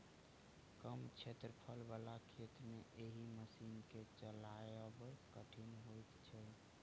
कम क्षेत्रफल बला खेत मे एहि मशीन के चलायब कठिन होइत छै